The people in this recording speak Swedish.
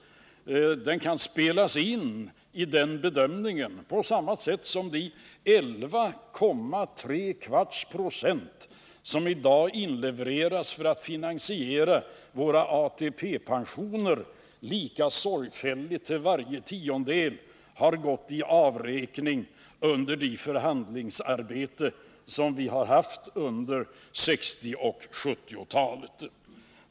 Den kan spelas in i den bedömningen på samma sätt som att av de 11 3/4 26, som i dag inlevereras för att finansiera våra ATP-pensioner, har varje tiondel lika sorgfälligt gått i avräkning under det förhandlingsarbete som vi har haft under 1960 och 1970-talen.